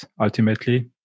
ultimately